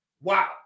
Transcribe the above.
wow